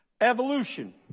Evolution